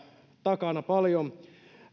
takana paljon